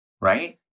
right